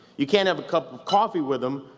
you can't have a cup of coffee with him,